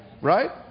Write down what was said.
Right